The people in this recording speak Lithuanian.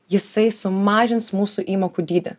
jisai sumažins mūsų įmokų dydį